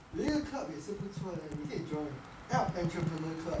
有一个 club 也是不错的你可以 join alp entrepreneur club